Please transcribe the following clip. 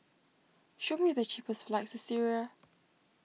show me the cheapest flights to Syria